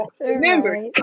remember